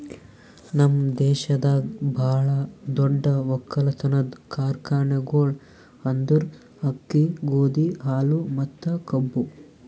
ನಮ್ ದೇಶದಾಗ್ ಭಾಳ ದೊಡ್ಡ ಒಕ್ಕಲತನದ್ ಕಾರ್ಖಾನೆಗೊಳ್ ಅಂದುರ್ ಅಕ್ಕಿ, ಗೋದಿ, ಹಾಲು ಮತ್ತ ಕಬ್ಬು